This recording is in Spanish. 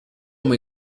muy